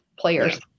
players